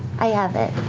i have it.